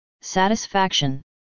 satisfaction